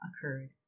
occurred